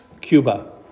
Cuba